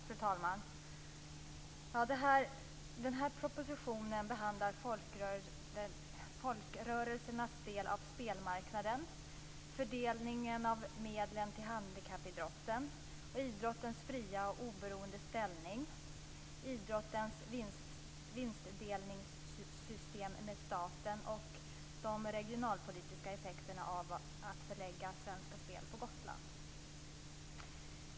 Fru talman! Den här propositionen behandlar folkrörelsernas del av spelmarknaden, fördelningen av medlen till handikappidrotten, idrottens fria och oberoende ställning, idrottens vinstdelningssystem med staten och de regionalpolitiska effekterna av att förlägga Svenska spel på Gotland.